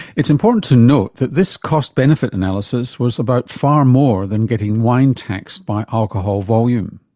it's important to note that this cost benefit analysis was about far more than getting wine taxed by alcohol volume.